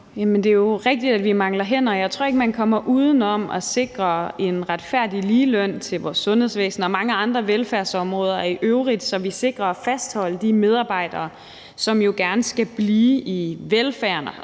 det er jo rigtigt, at vi mangler hænder, og jeg tror ikke, at man kommer uden om at sikre en retfærdig ligeløn til vores sundhedsvæsen og mange andre velfærdsområder i øvrigt, så vi sikrer fastholdelse af de medarbejdere, som jo gerne skal blive i velfærden,